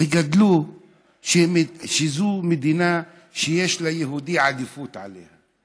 וגדלו על כך שזו מדינה שיש ליהודי עדיפות עליה,